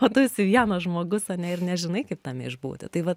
o tu esi vienas žmogus ane ir nežinai kaip tame išbūti tai va